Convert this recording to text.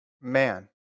Man